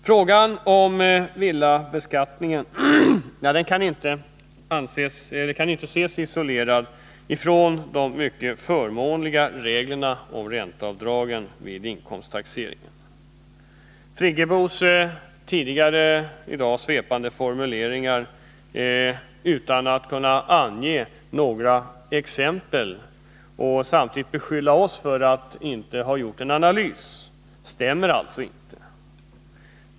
Frågan om villabeskattningen kan inte ses isolerad från de mycket förmånliga reglerna om ränteavdrag vid inkomsttaxeringen. Tidigare i dag hörde vi hur Birgit Friggebo här i kammaren i svepande formuleringar och utan att kunna ange några exempel beskyllde vpk för att inte ha gjort någon analys. Det stämmer inte.